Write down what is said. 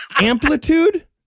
Amplitude